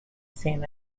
san